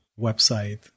website